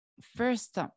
First